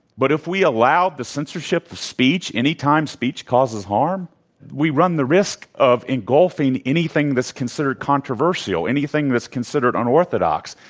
but if we allowed the censorship of speech any time speech causes harm? that we run the risk of engulfing anything that's considered controversial, anything that's considered unorthodox,